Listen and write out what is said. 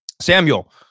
Samuel